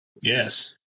Yes